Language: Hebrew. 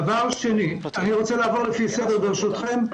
דבר שני, אני רוצה לעבור לפי הסדר, ברשותכם.